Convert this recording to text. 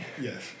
Yes